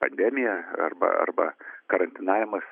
pandemija arba arba karantinavimas